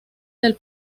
del